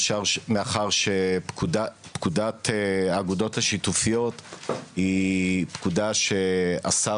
מאחר שפקודת האגודות השיתופיות היא פקודה שהשר